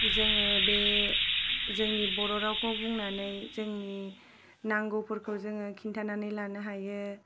जोङो बे जोंनि बर' रावखौ बुंनानै जोंनि नांगौफोरखौ जोङो खिन्थानानै लानो हायो